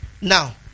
Now